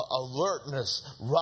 alertness